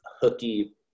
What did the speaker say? hooky